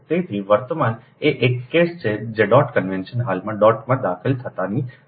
તેથી વર્તમાન એ એક કેસ છે જે ડોટ કન્વેન્શન હાલમાં ડોટમાં દાખલ થતાંની સાથે લેવામાં આવે છે